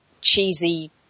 cheesy